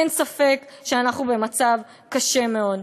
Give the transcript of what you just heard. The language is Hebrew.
אין ספק שאנחנו במצב קשה מאוד.